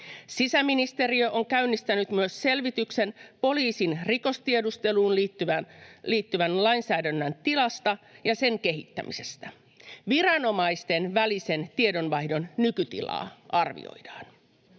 Sisäministeriö on myös käynnistänyt selvityksen poliisin rikostiedusteluun liittyvän lainsäädännön tilasta ja sen kehittämisestä. Viranomaisten välisen tiedonvaihdon nykytilaa arvioidaan.